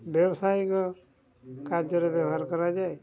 ବ୍ୟବସାୟିକ କାର୍ଯ୍ୟରେ ବ୍ୟବହାର କରାଯାଏ